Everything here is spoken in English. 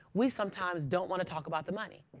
we sometimes don't want to talk about the money.